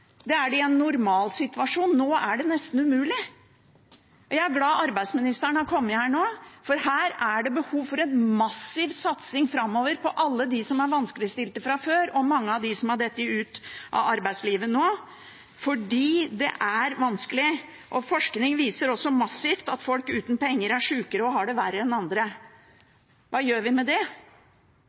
Det er det i en normalsituasjon – nå er det nesten umulig. Jeg er glad for at arbeidsministeren har kommet, for her er det behov for en massiv satsing framover, på dem som er vanskeligstilte fra før, og på mange av dem som har falt ut av arbeidslivet nå, fordi det er vanskelig. Forskning viser også massivt at folk uten penger er sjukere og har det verre enn andre. Hva gjør vi med det?